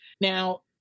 Now